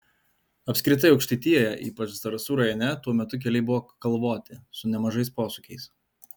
apskritai aukštaitijoje ypač zarasų rajone tuo metu keliai buvo kalvoti su nemažais posūkiais